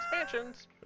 expansions